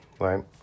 right